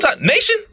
nation